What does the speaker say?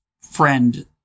friend